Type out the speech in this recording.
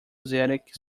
asiatic